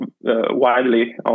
widely